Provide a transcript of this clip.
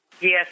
Yes